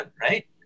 right